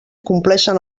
compleixen